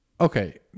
Okay